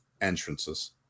entrances